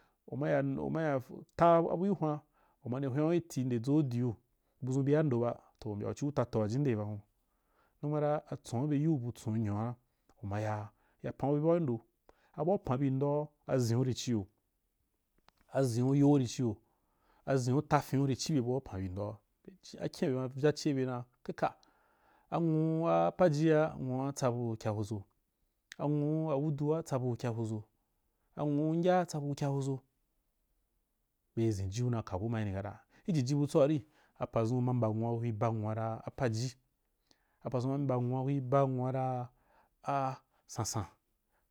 U ma ya, u ma ya ta bu gi hwan u ma nde hwan gi tii nde dʒou diu budʒun bia ndo ba toh u mbya u ciu tatoh wajinderi ba hun numa ra atson be yiu bw tson’u nyoa u ma yaa ya pambi bau gi ndo abua u pan bi ndoa aʒen u ri ciyo aʒen’u yo’u ri ciyo, aʒen’u ata fin’u ri cibe abua u pan bi doa akyen bema vyace be dan keke anwu ana apaja ra anwua tsabu kyahoʒo anwu’u awudu tsabu kyahoʒo, a nwuu ngya tsabu kyahoʒo, be ʒen jiu na ka koma umi kata ijiji butso wari apadz. un kuma mba nwuara kuri ba nwua ra apaji apadʒun ma mba nwu a’ra a sansan.